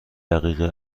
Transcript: دقیقه